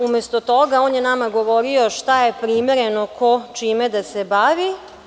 Umesto toga, on je nama govorio šta je primereno ko čime da se bavi.